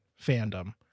fandom